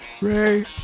Ray